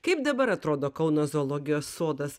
kaip dabar atrodo kauno zoologijos sodas